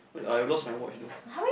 wait I lost my watch though